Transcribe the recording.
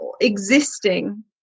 existing